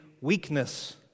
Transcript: weakness